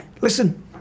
Listen